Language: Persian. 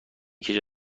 کشد